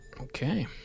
Okay